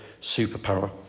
superpower